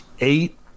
eight